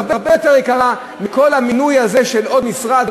והן הרבה יותר יקרות מכל המינוי הזה של עוד משרד.